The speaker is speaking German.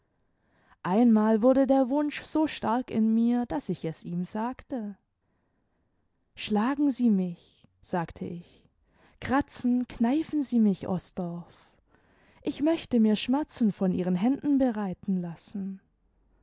einmal wurde der wunsch so stark in mir daß ich es ihm sagte schlagen sie mich sagte ich kratzen kneifen sie mich osdorff ich möchte mir schmerzen von ihren händen bereiten lassen